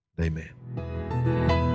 Amen